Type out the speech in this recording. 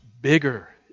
bigger